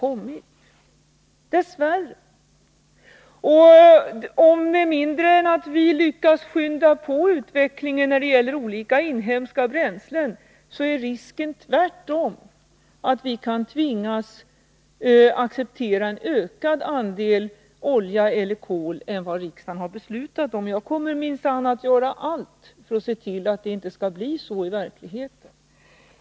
Om vi inte lyckas skynda på utvecklingen när det gäller olika inhemska bränslen föreligger det risk för att vi kan tvingas acceptera en större andel olja eller kol än vad riksdagen har beslutat om. Jag kommer minsann att göra allt för att se till att det inte skall bli så i verkligheten.